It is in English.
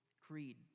Creed